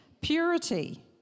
Purity